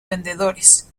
vendedores